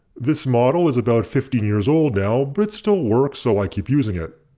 this model is about fifteen years old now but it still works so i keep using it.